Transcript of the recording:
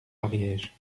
ariège